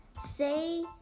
say